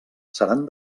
seran